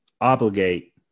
obligate